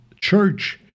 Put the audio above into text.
church